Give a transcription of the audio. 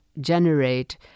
generate